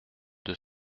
deux